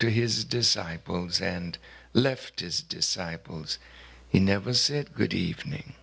to his disciples and left his disciples he never said good evening